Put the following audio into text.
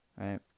right